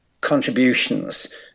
contributions